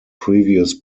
previous